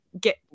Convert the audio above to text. get